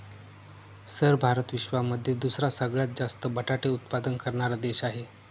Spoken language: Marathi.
सर भारत विश्वामध्ये दुसरा सगळ्यात जास्त बटाटे उत्पादन करणारा देश आहे